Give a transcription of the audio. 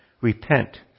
Repent